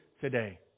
Today